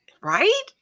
right